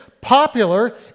popular